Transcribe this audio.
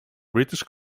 british